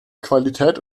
qualität